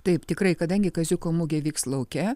taip tikrai kadangi kaziuko mugė vyks lauke